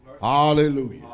Hallelujah